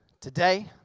today